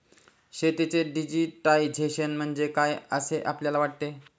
शेतीचे डिजिटायझेशन म्हणजे काय असे आपल्याला वाटते?